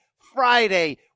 Friday